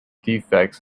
defects